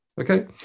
Okay